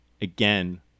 again